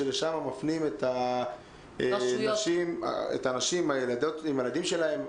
שלשם מפנים את הנשים עם הילדים שלהן.